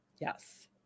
Yes